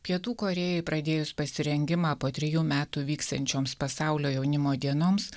pietų korėjai pradėjus pasirengimą po trijų metų vyksiančioms pasaulio jaunimo dienoms